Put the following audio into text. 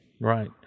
right